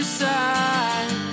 side